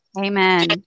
Amen